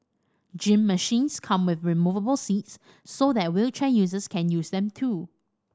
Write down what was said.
gym machines come with removable seats so that wheelchair users can use them too